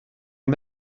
are